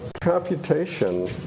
computation